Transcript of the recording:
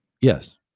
Yes